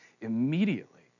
immediately